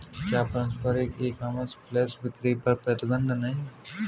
क्या पारंपरिक e commerce flash बिक्री पर प्रतिबंध नहीं है?